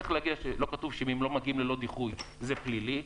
לא כתוב שאם הם לא מגיעים ללא דיחוי זה פלילי.